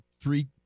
three